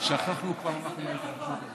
חברי הכנסת, אני ביקשתי לשבת.